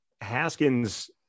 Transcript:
Haskins